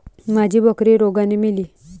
माझी बकरी रोगाने मेली